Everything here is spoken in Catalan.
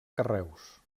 carreus